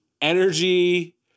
energy